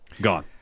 gone